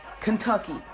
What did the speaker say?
Kentucky